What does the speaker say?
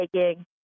taking